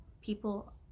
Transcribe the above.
People